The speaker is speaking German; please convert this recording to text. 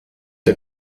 der